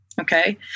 Okay